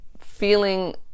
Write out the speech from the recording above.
feeling